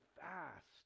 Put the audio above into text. fast